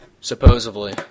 Supposedly